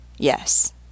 yes